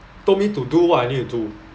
told me to do what I need to do